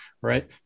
Right